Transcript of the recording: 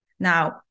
Now